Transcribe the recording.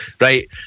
right